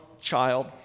child